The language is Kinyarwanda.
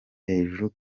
hejuru